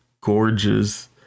gorgeous